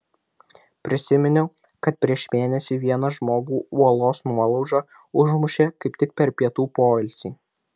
prisiminiau kad prieš mėnesį vieną žmogų uolos nuolauža užmušė kaip tik per pietų poilsį